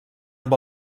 amb